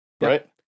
right